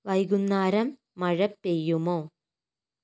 വൈകുന്നേരം മഴ പെയ്യുമോ